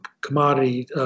commodity